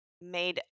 made